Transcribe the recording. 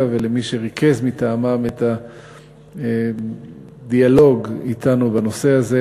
ולמי שריכז מטעמם את הדיאלוג אתנו בנושא הזה,